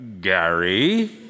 Gary